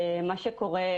מה שקורה,